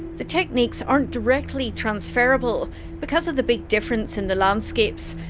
the techniques aren't directly transferable because of the big difference in the landscapes,